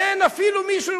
אין אפילו מישהו.